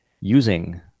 using